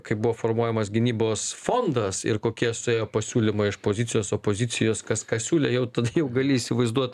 kaip buvo formuojamas gynybos fondas ir kokie suėjo pasiūlymai iš pozicijos opozicijos kas ką siūlė jau tada jau gali įsivaizduot